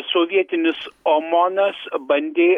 sovietinis omonas bandė